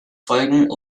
folgen